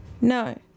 No